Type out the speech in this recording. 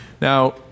Now